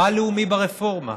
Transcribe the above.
מה לאומי ברפורמה?